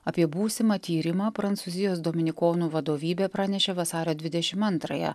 apie būsimą tyrimą prancūzijos dominikonų vadovybė pranešė vasario dvidešim antrąją